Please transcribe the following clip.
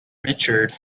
richard